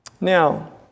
Now